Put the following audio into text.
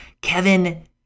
Kevin